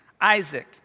Isaac